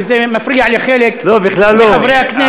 וזה מפריע לחלק מחברי הכנסת,